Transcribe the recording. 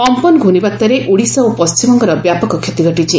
Amphan ଘର୍ଷ୍ଣବାତ୍ୟାରେ ଓଡ଼ିଶା ଓ ପଣ୍ଟିମବଙ୍ଗର ବ୍ୟାପକ କ୍ଷତି ଘଟିଛି